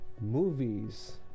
movies